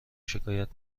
شکایت